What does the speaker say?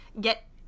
get